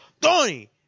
Tony